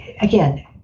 Again